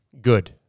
good